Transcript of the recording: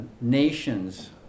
nations